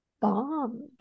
bombed